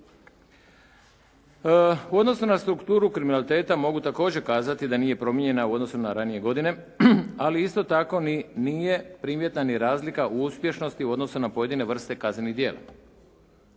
U odnosu na strukturu kriminaliteta mogu također kazati da nije promijenjena u odnosu na ranije godine ali isto tako nije ni primjetna razlika uspješnosti u odnosu na pojedine vrste kaznenih djela.